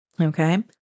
okay